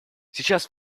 сейчас